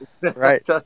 right